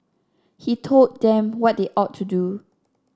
he told them what they ought to do